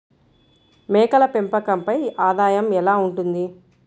మేకల పెంపకంపై ఆదాయం ఎలా ఉంటుంది?